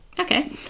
Okay